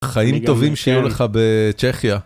חיים טובים שיהיו לך בצ'כיה.